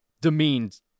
demeaned